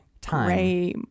time